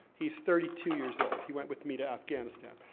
he's thirty two years old, he went with me to afghanistan.